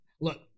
Look